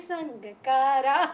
Sangakara